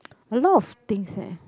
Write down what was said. a lot of things eh